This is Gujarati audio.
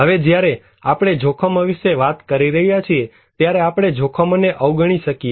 હવે જ્યારે આપણે જોખમો વિશે વાત કરી રહ્યા છીએ ત્યારે આપણે જોખમોને અવગણી શકીએ